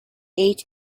eight